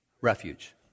Refuge